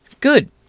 Good